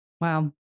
Wow